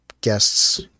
guests